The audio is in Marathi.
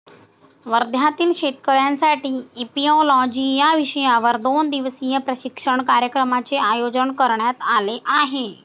वर्ध्यातील शेतकऱ्यांसाठी इपिओलॉजी या विषयावर दोन दिवसीय प्रशिक्षण कार्यक्रमाचे आयोजन करण्यात आले आहे